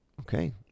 Okay